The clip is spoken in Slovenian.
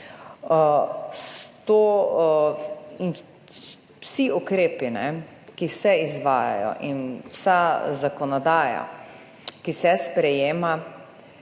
Vsi ukrepi, ki se izvajajo in vsa zakonodaja ki se sprejema